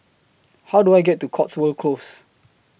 How Do I get to Cotswold Close